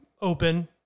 open